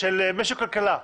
משק וכלכלה.